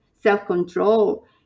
self-control